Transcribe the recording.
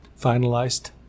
finalized